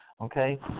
Okay